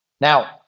Now